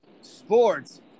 Sports